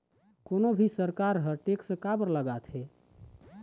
कोनो भी सरकार ह टेक्स काबर लगाथे?